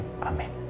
Amen